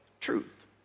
truth